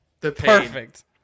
Perfect